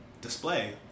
display